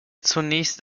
zunächst